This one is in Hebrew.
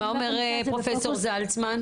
מה אומר פרופסור זלצמן?